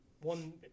One